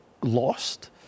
lost